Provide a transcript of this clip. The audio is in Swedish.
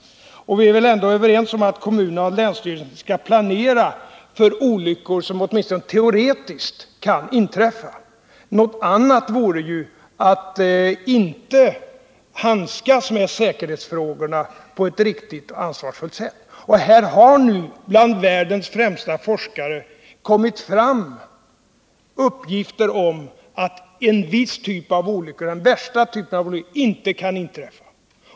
Vi är väl ändå överens om att kommunerna och länsstyrelserna skall planera för olyckor som åtminstone teoretiskt kan inträffa. I annat fall skulle de ju inte handskas med säkerhetsfrågorna på ett riktigt och ansvarsfullt sätt. Det har ju nu bland världens främsta forskare kommit fram uppgifter om att en viss typ av olycka, som kan kallas den värsta tänkbara olyckan, inte kan inträffa.